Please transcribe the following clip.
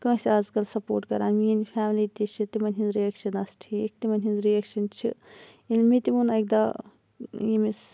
کٲنٛسہِ آزکَل سَپوٹ کَران میٲنۍ فیملی تہِ چھِ تِمَن ہٕنز رِایٚکشَن آسہٕ ٹھیٖک تِمَن ہٕنز رِایٚکشَن چھِ ییٚلہِ مےٚ تہِ ووٚن اکہِ دۄہ ییٚمِس